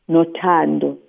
Notando